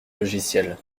logiciel